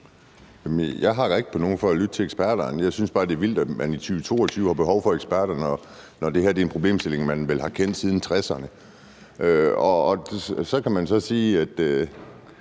jeg hakker ikke på nogen for at lytte til eksperterne. Jeg synes bare, det er vildt, at man i 2022 har behov for eksperterne, når det her vel er en problemstilling, man har kendt til siden 1960'erne. Så kan man sige, at